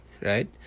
right